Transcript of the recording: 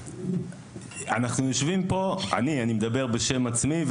אנחנו יושבים פה אני מדבר בשם עצמי,